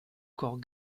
corps